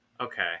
Okay